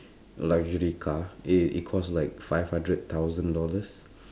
luxury car yeah it cost like five hundred thousand dollars